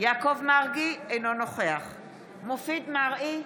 יעקב מרגי, אינו נוכח מופיד מרעי,